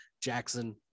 Jackson